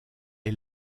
est